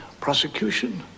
prosecution